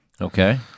Okay